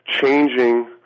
changing